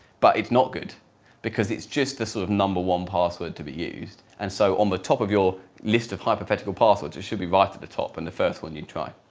but it's not good because it's just the sort of number one password to be used and so on the top of your list of hypothetical passwords, it should be right at the top and the first one you try.